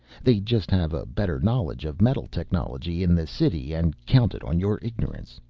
they just have a better knowledge of metal technology in the city and counted on your ignorance.